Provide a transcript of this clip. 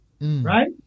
right